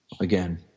again